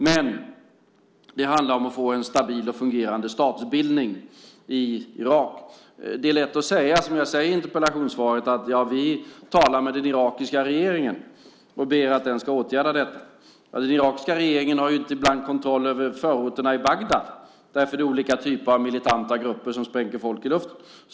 Men det handlar om att få en stabil och fungerande statsbildning i Irak. Det är lätt att säga, som jag säger i interpellationssvaret, att vi talar med den irakiska regeringen och ber att den ska åtgärda detta. Den irakiska regeringen har ibland inte kontroll över förorterna till Bagdad, för det är olika typer av militanta grupper som spränger folk i luften.